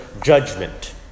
judgment